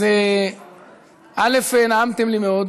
אז נעמתם לי מאוד,